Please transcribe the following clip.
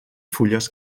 fulles